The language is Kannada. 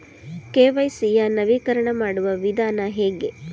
ಕೆ.ವೈ.ಸಿ ಯ ನವೀಕರಣ ಮಾಡುವ ವಿಧಾನ ಹೇಗೆ?